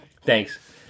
Thanks